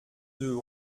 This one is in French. deux